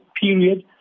period